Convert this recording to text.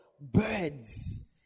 birds